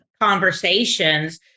conversations